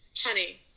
honey